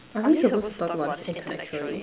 are we supposed to talk about this intellectually